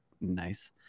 Nice